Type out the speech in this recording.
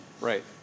Right